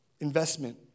Investment